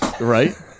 Right